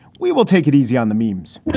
we will take it easy on the meems